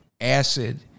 acid